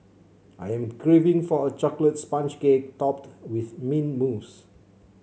I am craving for a chocolate sponge cake topped with mint mousse